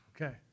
Okay